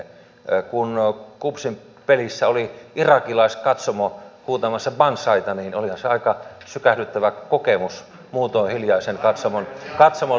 kun kupsin pelissä oli irakilaiskatsomo huutamassa banzaita niin olihan se aika sykähdyttävä kokemus muutoin hiljaisen katsomon läsnä ollessa